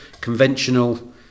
conventional